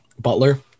Butler